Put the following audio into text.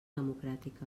democràtica